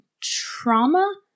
trauma